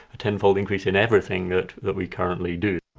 a ten-fold increase in everything that that we currently do.